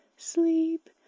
sleep